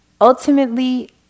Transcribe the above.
Ultimately